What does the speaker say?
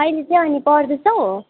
अहिले चाहिँ अनि पढ्दैछौ